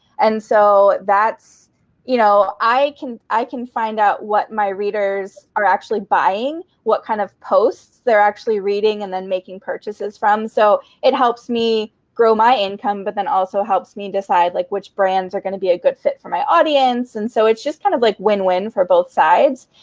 and so you know i can i can find out what my readers are actually buying, what kind of posts they're actually reading and then making purchases from. so it helps me grow my income, but then also helps me decide like which brands are going to be a good fit for my audience. and so it's just kind of like win-win for both sides.